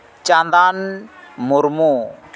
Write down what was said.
Chandan Murmu